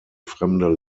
fremde